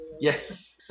Yes